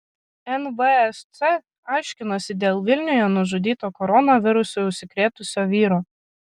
nvsc aiškinasi dėl vilniuje nužudyto koronavirusu užsikrėtusio vyro